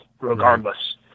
regardless